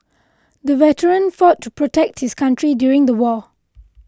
the veteran fought to protect his country during the war